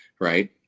right